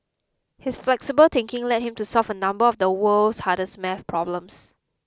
his flexible thinking led him to solve a number of the world's hardest maths problems